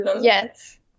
Yes